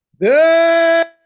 Good